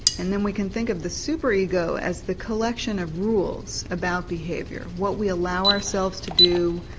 and then we can think of the super ego as the collection of rules about behaviour, what we allow ourselves to do,